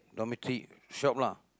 dormitory shop lah